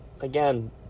again